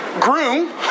groom